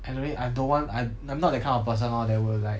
anyway I don't want I I'm not that kind of person lor that will like